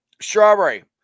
strawberry